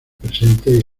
presente